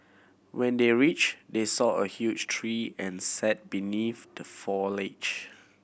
when they are reached they saw a huge tree and sat beneath the foliage